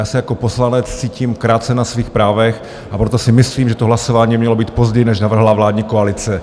Já se jako poslanec cítím krácen na svých právech, a proto si myslím, že to hlasování by mělo být později, než navrhla vládní koalice.